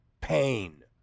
pain